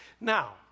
Now